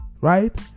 right